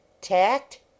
Tact